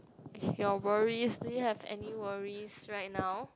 your worries do you have any worries right now